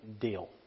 deal